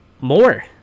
more